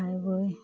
খায় বৈ